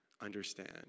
understand